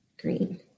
green